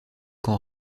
qu’en